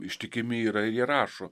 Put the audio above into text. ištikimi yra ir jie rašo